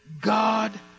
God